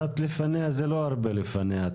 קצת לפניה זה לא הרבה לפניה.